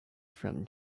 from